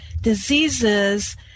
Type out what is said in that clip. diseases